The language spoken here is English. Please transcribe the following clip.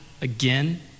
again